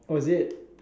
oh is it